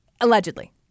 Allegedly